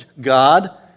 God